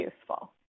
useful